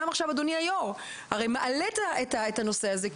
גם עכשיו אדוני היו"ר הרי מעלה את הנושא הזה,